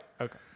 okay